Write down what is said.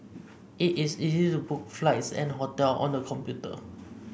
it is easy to book flights and hotel on the computer